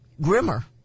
grimmer